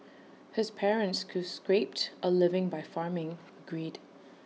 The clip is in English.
his parents who scraped A living by farming agreed